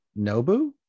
Nobu